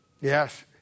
Yes